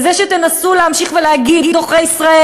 וזה שתנסו להמשיך ולהגיד "עוכרי ישראל"